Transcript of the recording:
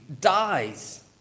dies